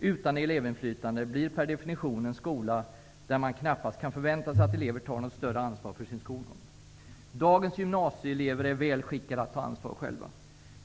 utan elevinflytande blir per definition en skola där man knappast kan förvänta sig att elever tar något större ansvar för sin skolgång. Dagens gymnasieelever är väl skickade att ta ansvar själva.